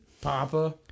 Papa